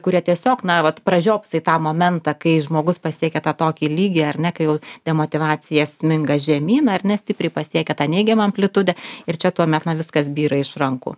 kuria tiesiog na vat pražiopsai tą momentą kai žmogus pasiekia tą tokį lygį ar ne kai jau demotyvacija sminga žemyn ar ne stipriai pasiekia tą neigiamą amplitudę ir čia tuomet na viskas byra iš rankų